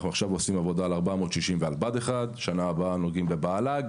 אנחנו עכשיו עושים עבודה על 460 ועל בה"ד 1. שנה הבאה נוגעים בבהל"ג.